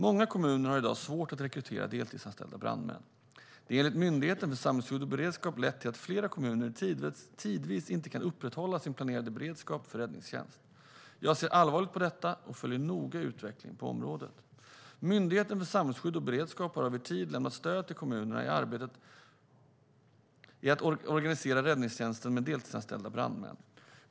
Många kommuner har i dag svårt att rekrytera deltidsanställda brandmän. Det har enligt Myndigheten för samhällsskydd och beredskap lett till att flera kommuner tidvis inte kan upprätthålla sin planerade beredskap för räddningstjänst. Jag ser allvarligt på detta och följer noga utvecklingen på området. Myndigheten för samhällsskydd och beredskap har över tid lämnat stöd till kommunerna i arbetet att organisera räddningstjänsten med deltidsanställda brandmän.